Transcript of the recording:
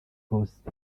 post